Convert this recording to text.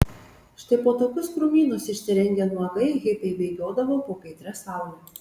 štai po tokius krūmynus išsirengę nuogai hipiai bėgiodavo po kaitria saule